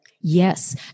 Yes